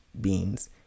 beans